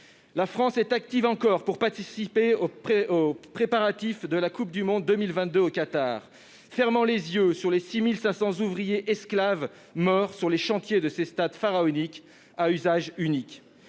La France s'active pour participer aux préparatifs de la Coupe du monde en 2022 au Qatar, tout en fermant les yeux sur les 6 500 ouvriers esclaves morts sur les chantiers de ces stades pharaoniques à usage unique.